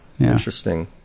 Interesting